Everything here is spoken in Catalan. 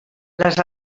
les